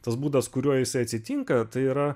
tas būdas kuriuo jisai atsitinka tai yra